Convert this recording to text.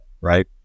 right